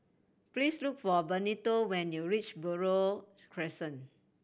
please look for Benito when you reach Buroh Crescent